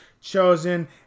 chosen